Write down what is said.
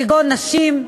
כגון נשים,